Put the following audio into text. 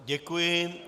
Děkuji.